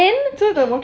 then